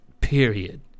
Period